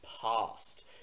past